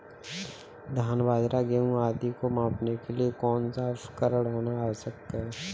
धान बाजरा गेहूँ आदि को मापने के लिए कौन सा उपकरण होना आवश्यक है?